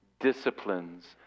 Disciplines